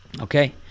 Okay